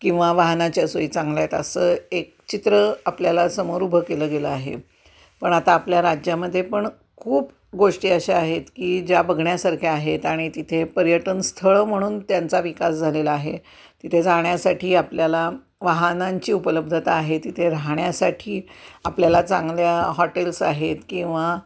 किंवा वाहनाच्या सोयी चांगल्या आहे असं एक चित्र आपल्याला समोर उभं केलं गेलं आहे पण आता आपल्या राज्यामध्ये पण खूप गोष्टी अशा आहेत की ज्या बघण्यासारख्या आहेत आणि तिथे पर्यटनस्थळं म्हणून त्यांचा विकास झालेला आहे तिथे जाण्यासाठी आपल्याला वाहनांची उपलब्धता आहे तिथे राहण्यासाठी आपल्याला चांगल्या हॉटेल्स आहेत किंवा